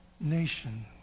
nation